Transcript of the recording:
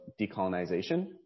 decolonization